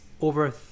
over